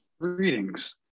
Greetings